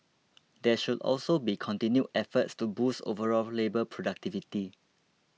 there should also be continued efforts to boost overall labour productivity